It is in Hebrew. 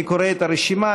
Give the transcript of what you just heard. אני קורא את הרשימה.